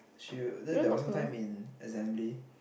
she there was some time in assembly